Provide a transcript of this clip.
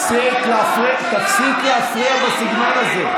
תפסיק להפריע בסגנון הזה.